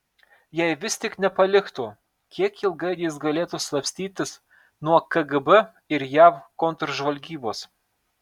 jei vis tik nepaliktų kiek ilgai jis galėtų slapstytis nuo kgb ir jav kontržvalgybos